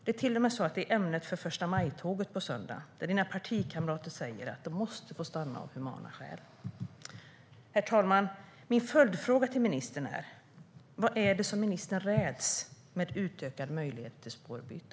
Det är till och med ämnet för förstamajtåget på söndag. Där kommer dina partikamrater, Morgan Johansson, att säga att familjen måste få stanna av humana skäl. Herr talman! Min följdfråga till ministern är: Vad är det ministern räds med utökad möjlighet till spårbyte?